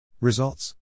Results